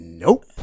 Nope